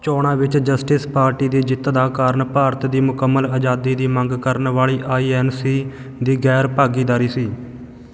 ਚੋਣਾਂ ਵਿੱਚ justice party ਦੀ ਜਿੱਤ ਦਾ ਕਾਰਨ ਭਾਰਤ ਦੀ ਮੁਕੰਮਲ ਅਜ਼ਾਦੀ ਦੀ ਮੰਗ ਕਰਨ ਵਾਲੀ ਆਈ ਐੱਨ ਸੀ ਦੀ ਗੈਰ ਭਾਗੀਦਾਰੀ ਸੀ